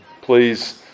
Please